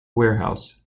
warehouse